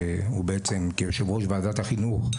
שהוא בתוקף תפקידו כיושב ראש ועדת החינוך,